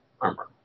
armor